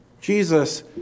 Jesus